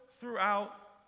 throughout